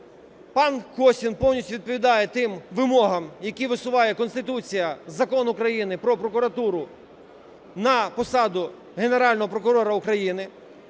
Пан Костін повністю відповідає тим вимогам, які висуває Конституція, Закон України "Про прокуратуру" на посаду Генерального прокурора України.